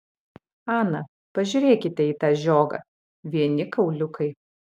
ana pažiūrėkite į tą žiogą vieni kauliukai